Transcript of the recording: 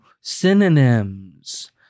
synonyms